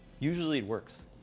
usually it works.